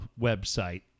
website